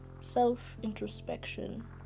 Self-introspection